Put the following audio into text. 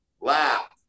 laugh